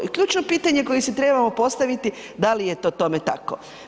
I ključno pitanje koje si trebamo postaviti da li je to tome tako?